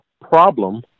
problem